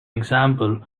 example